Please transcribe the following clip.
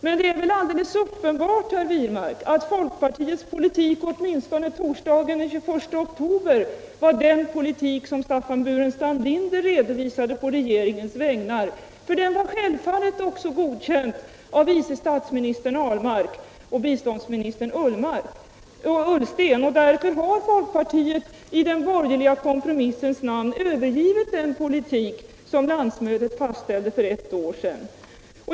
Men det är väl alldeles uppenbart, herr Wirmark, att folkpartiets politik åtminstone torsdagen den 21 Allmänpolitisk debatt Allmänpolitisk debatt oktober var den politik som Staffan Burenstam Linder redovisade på regeringens vägnar, för den var självfallet också godkänd av vice statsministern Ahlmark och biståndsministern Ullsten. Därför har folkpartiet i den borgerliga kompromissens namn övergivit den politik som landsmötet fastställde för ett år sedan.